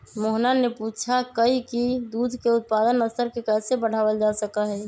मोहना ने पूछा कई की दूध के उत्पादन स्तर के कैसे बढ़ावल जा सका हई?